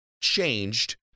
changed